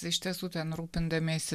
iš tiesų ten rūpindamiesi